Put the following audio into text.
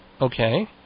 Okay